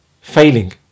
failing